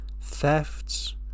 thefts